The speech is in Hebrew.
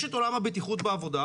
יש את עולם הבטיחות בעבודה.